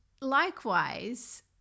likewise